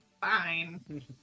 fine